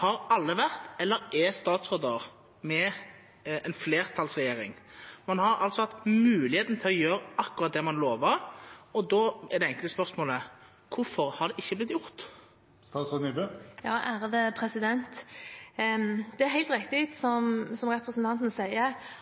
har alle vært eller er statsråder, med en flertallsregjering. Man har altså hatt muligheten til å gjøre akkurat det man lovet. Da er det enkle spørsmålet: Hvorfor har det ikke blitt gjort? Det er helt riktig som representanten sier,